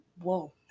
Whoa